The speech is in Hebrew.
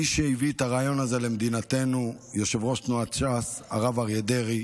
מי שהביא את הרעיון הזה למדינתנו הוא יושב-ראש תנועת ש"ס הרב אריה דרעי,